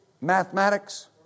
mathematics